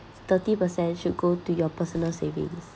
thirty per cent should go to your personal savings